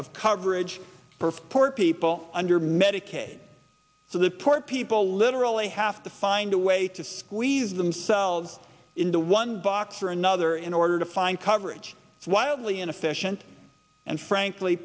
of coverage for for people under medicaid so the poor people literally have to find a way to squeeze themselves into one box or another in order to find coverage wildly in a fish and frankly